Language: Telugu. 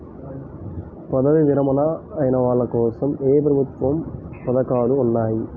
పదవీ విరమణ అయిన వాళ్లకోసం ఏ ప్రభుత్వ పథకాలు ఉన్నాయి?